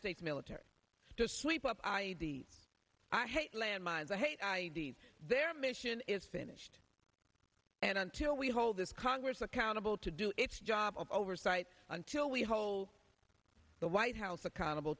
states military to sweep up i e d i hate landmines i hate id's their mission is finished and until we hold this congress accountable to do its job of oversight until we hold the white house accountable